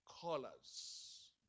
colors